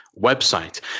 website